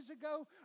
ago